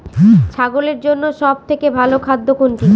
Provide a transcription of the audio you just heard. ছাগলের জন্য সব থেকে ভালো খাদ্য কোনটি?